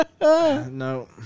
No